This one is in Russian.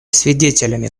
свидетелями